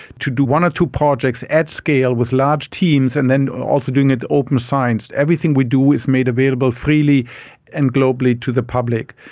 to do one or two projects at scale with large teams and then also doing it open science. everything we do is made available freely and globally to the public.